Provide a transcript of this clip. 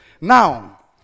Now